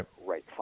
Right